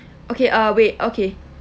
okay uh wait okay